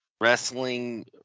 Wrestling